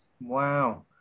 Wow